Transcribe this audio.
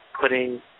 putting